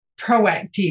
proactive